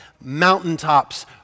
mountaintops